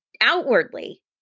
outwardly